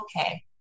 okay